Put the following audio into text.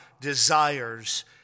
desires